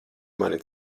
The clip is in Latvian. mani